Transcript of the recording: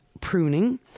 pruning